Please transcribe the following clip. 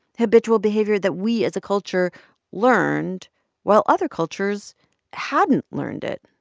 habitual behavior that we as a culture learned while other cultures hadn't learned it?